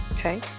Okay